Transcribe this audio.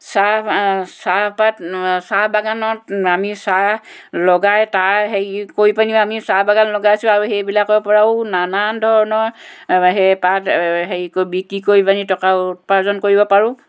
চাহ চাহপাত চাহ বাগানত আমি চাহ লগাই তাৰ হেৰি কৰি পানি আমি চাহ বাগান লগাইছোঁ আৰু সেইবিলাকৰ পৰাও নানান ধৰণৰ সেই পাত হেৰি কৰি বিক্ৰী কৰি পানি টকা উপাৰ্জন কৰিব পাৰোঁ